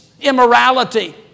Immorality